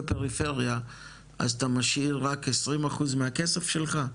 פריפריה אז אתה משאיר רק 20% מהכסף שלך,